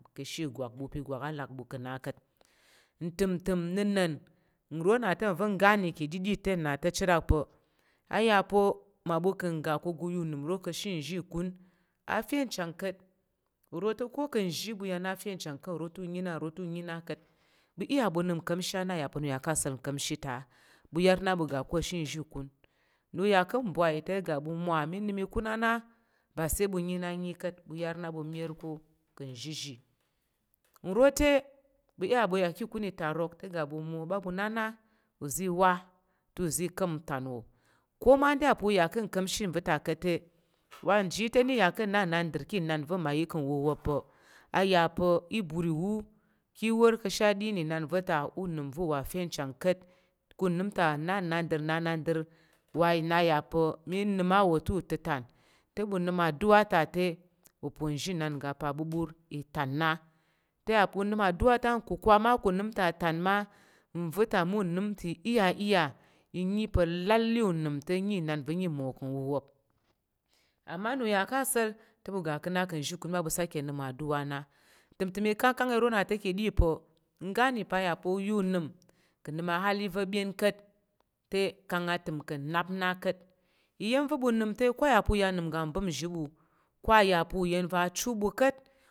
Ka̱ shi ìgwak ɓu pa̱ ìgwak alak ɓu ka̱ na ka̱t, ntəm ntəm nəna̱n nro na to ro va̱ ngga na ka̱ ɗiɗi te nna te chər abo a ya bo ma ɓo ken ga ko koyu nimro ka shin zhi gun afe nchang ka̱t uro to ko kang zhi ɓu ya na fe nchang kat nro te ya na nro te ya na ka̱t ɓu iya ɓu nəm uka̱mshi ana ɓu ɓu ya ka̱ sa̱l ukamshita a bu yar na ɓu ga ka̱ shi zhi ikun nya ka̱ mbwai te ga ɓu mwa mi nəm ikun ana ɓa sai ɓu nyi na nyi ka̱t ɓu yar na ɓu mi yar ko ka̱ zhizhi nro te ɓu iya ɓu ya ka̱ ìkun itarok te ga ɓu mwo ɓa ɓu na na uza̱ wa te uza̱ ka̱m ntan wo ko ma nda ya pa̱ uya ka̱ ukamshi va̱ta ka̱t te wa nji yi te nyi nya na ka̱ nnanɗər ka̱ inan va̱ mmayi ka̱ wuwop pa̱ a ya pa̱ i ɓur iwu ka̱ war ka̱ shi adim inan va̱ta unəm ve a fe chan ka̱t ka̱ nəm nandər nnandər wa i na ya pa mi nəm awo te uteten te ɓu nəm aduwa ta te uponzhi inan ga pa bulln itan na te aya pa unəm aduwa tan kwakwa ma ka̱ nəm ta tan ma nva̱ ta ma unəm ta iya iya inyi pa là le unəm te nyi inana va̱ nyi mmawo ka̱ ɓu wop ama nuya ka̱sa̱l te ɓu ga ka̱ na ka̱ zhi ìkun te sake nnəm aduwa a na timtin ikan kang iro na to ka̱ɗi pa̱ ga ni pa̱ ya po ya unəm ka̱ nəm ma hali fe byen ka̱t te kang atəm kang nnap na ka̱t iya̱m va̱ ɓu nyi te ko a ya pa̱ uyang nnəm ga nm uzhibu ko aya pa uyen va̱ achu ɓu ka̱t